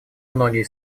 многие